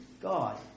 God